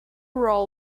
role